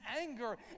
anger